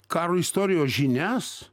karo istorijos žinias